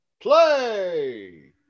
play